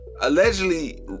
allegedly